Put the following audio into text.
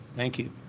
thank you.